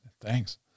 Thanks